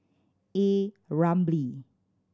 A Ramli